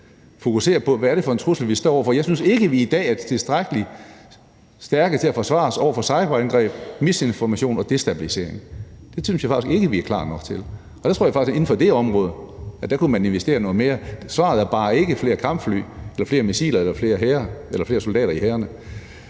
fokuserer på, hvad det er for en trussel, vi står over for. Jeg synes ikke, vi i dag er tilstrækkelig stærke til at forsvare os over for cyberangreb, misinformation og destabilisering. Det synes jeg faktisk ikke vi er klar nok til. Jeg tror faktisk, at man inden for det område kunne investere noget mere. Svaret er bare ikke: flere kampfly eller flere missiler eller flere soldater i hærene.